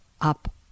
up